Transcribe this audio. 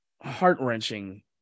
heart-wrenching